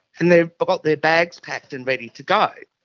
and they've but got their bags packed and ready to go.